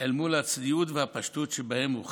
אל מול הצניעות והפשטות שבהם הוא חי,